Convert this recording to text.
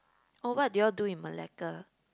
oh what do you all do in Malacca